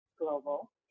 Global